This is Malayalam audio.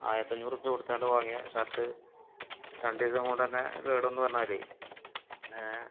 ആയിരത്തഞ്ഞൂറ് ഉറുപ്പിയ കൊടുത്തുകൊണ്ട് വാങ്ങിയ ഷർട്ട് രണ്ടുദിവസം കൊണ്ടുതന്നെ കേട് വന്നു പറഞ്ഞാൽ